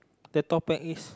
the topic is